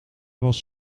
was